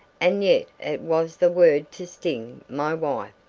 and yet it was the word to sting my wife.